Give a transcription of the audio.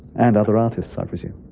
and other artists, i presume.